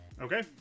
Okay